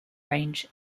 range